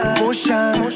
motion